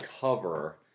cover